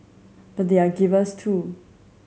but they are givers too